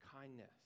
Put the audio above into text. kindness